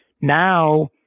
now